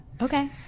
Okay